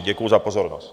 Děkuji za pozornost.